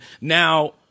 now